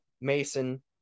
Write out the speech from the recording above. Mason